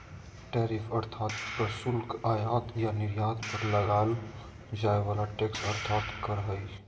tariff अर्थात् प्रशुल्क आयात या निर्यात पर लगाल जाय वला टैक्स अर्थात् कर हइ